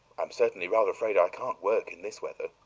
i'm certainly rather afraid i can't work in this weather,